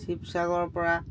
চিৱসাগৰৰ পৰা